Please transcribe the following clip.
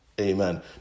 Amen